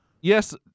Yes